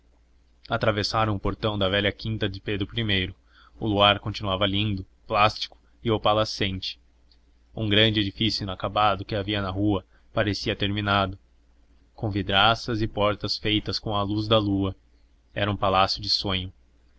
atravessavam o portão da velha quinta de pedro i o luar continuava lindo plástico e opalescente um grande edifício inacabado que havia na rua parecia terminado com vidraças e portas feitas com a luz da lua era um palácio de sonho